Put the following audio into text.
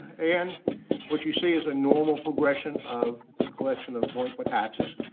and what you see is a normal progression of the collection of delinquent taxes,